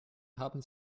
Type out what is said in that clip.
haben